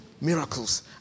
miracles